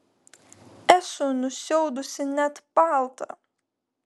esu nusiaudusi net paltą